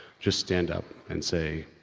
just stand up and say.